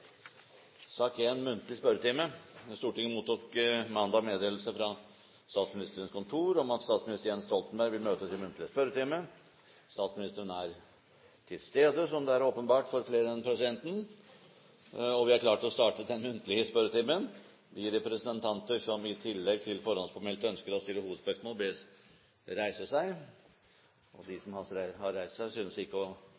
sak nr. 1. – Det anses vedtatt. Stortinget mottok mandag meddelelse fra Statsministerens kontor om at statsminister Jens Stoltenberg vil møte til muntlig spørretime. Statsministeren er til stede, noe som er åpenbart for flere enn presidenten, og vi er klare til å starte den muntlige spørretimen. De representanter som i tillegg til de forhåndspåmeldte ønsker å stille hovedspørsmål, bes om å reise seg – de